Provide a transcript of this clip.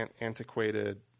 antiquated –